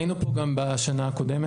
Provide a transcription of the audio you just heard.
היינו פה גם בשנה הקודמת.